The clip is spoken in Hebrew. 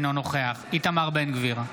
אינו נוכח איתמר בן גביר,